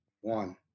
One